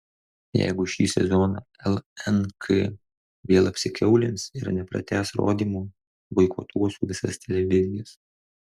jeigu šį sezoną lnk vėl apsikiaulins ir nepratęs rodymo boikotuosiu visas televizijas